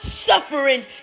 Suffering